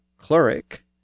cleric